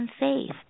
unsafe